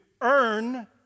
earn